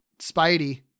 Spidey